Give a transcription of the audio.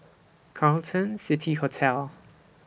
Carlton City Hotel